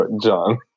John